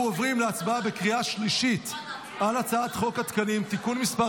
אנחנו עוברים להצבעה בקריאה שלישית על הצעת חוק התקנים (תיקון מס'